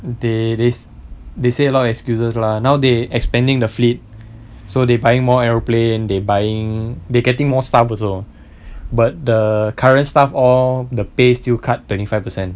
they they say they say a lot of excuses lah now they expanding the fleet so they buying more aeroplane they buying they getting more staff also but the current stuff all the pay still cut twenty five per cent